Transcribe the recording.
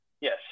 Yes